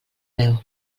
veu